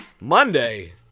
Monday